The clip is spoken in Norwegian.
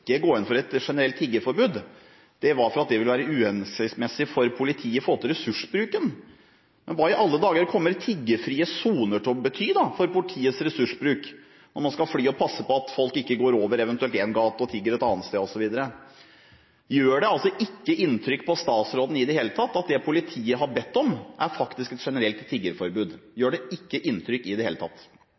inn for et generelt tiggeforbud var at det ville være uhensiktsmessig for politiet i forhold til ressursbruken. Men hva i alle dager kommer tiggefrie soner til å bety for politiets ressursbruk, om man skal fly og passe på at folk ikke går over en gate og tigger et annet sted osv.? Gjør det ikke inntrykk på statsråden i det hele tatt at det politiet har bedt om, faktisk er et generelt tiggeforbud? Gjør det ikke inntrykk i det hele tatt?